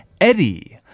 Eddie